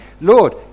Lord